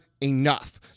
enough